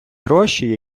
гроші